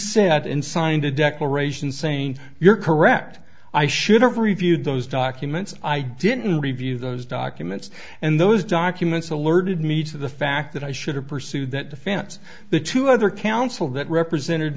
said in signed a declaration saying you're correct i should have reviewed those documents i didn't review those documents and those documents alerted me to the fact that i should have pursued that defense the two other counsel that represented